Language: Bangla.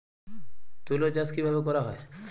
তুলো চাষ কিভাবে করা হয়?